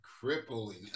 crippling